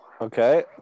Okay